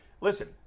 Listen